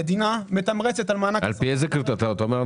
המדינה מתמרצת על מענק --- אתה אומר,